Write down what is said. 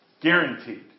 Guaranteed